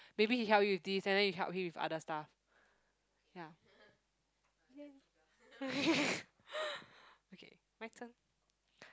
maybe he help you with this and then you help him with other stuff ya okay my turn